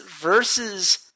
versus